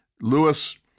Lewis